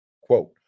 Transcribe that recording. Quote